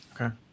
Okay